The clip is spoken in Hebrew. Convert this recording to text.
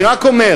אני רק אומר,